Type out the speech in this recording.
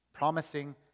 promising